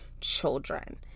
children